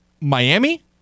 Miami